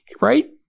Right